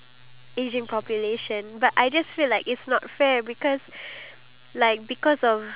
the younger at the end of the day the younger is the ones that contribute back to society